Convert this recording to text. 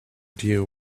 deal